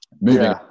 moving